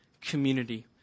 community